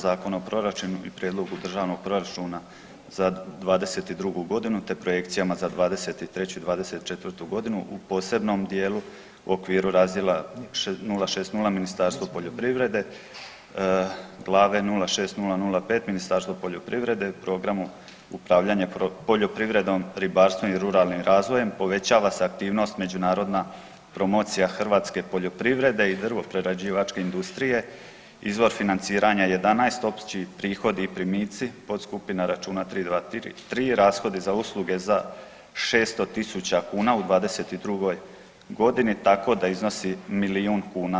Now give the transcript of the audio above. Zakona o proračunu i Prijedlogu državnog proračuna za '22. godinu te projekcijama za '23. i '24. godinu u posebnom dijelu u okviru razdjela 060 Ministarstvo poljoprivrede glave 06005 Ministarstvo poljoprivrede u programu upravljanja poljoprivredom, ribarstvom i ruralnim razvojem povećava se aktivnost međunarodna promocija hrvatske poljoprivrede i drvoprerađivačke industrije, izvor financiranja 11 opći prihodi i primici, podskupina računa 323 rashodi za usluge za 600.000 kuna u '22. godini tako da iznosi milijun kuna.